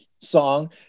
song